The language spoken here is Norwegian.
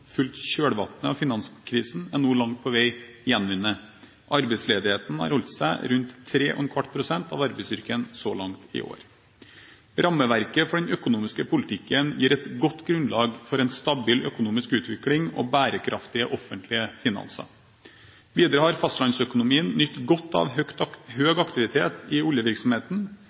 av finanskrisen, er nå langt på vei gjenvunnet. Arbeidsledigheten har holdt seg rundt 3¼ pst. av arbeidsstyrken så langt i år. Rammeverket for den økonomiske politikken gir et godt grunnlag for en stabil økonomisk utvikling og bærekraftige offentlige finanser. Videre har fastlandsøkonomien nytt godt av høy aktivitet i oljevirksomheten. I 2008 og 2009 bidro økte investeringer i oljevirksomheten